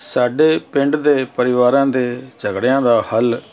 ਸਾਡੇ ਪਿੰਡ ਦੇ ਪਰਿਵਾਰਾਂ ਦੇ ਝਗੜਿਆਂ ਦਾ ਹੱਲ